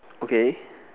okay